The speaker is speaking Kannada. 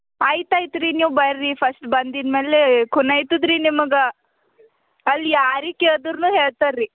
ಆಯ್ತು ಆಯ್ತ್ರೀ ನೀವು ಬರ್ರಿ ಫಸ್ಟ್ ಬಂದಿದ್ದ ಮೇಲೆ ಖುನೈತದ್ರಿ ನಿಮ್ಗೆ ಅಲ್ಲಿ ಯಾರಿಗೆ ಕೇಳಿದರೂ ಹೇಳ್ತಾರ ರಿ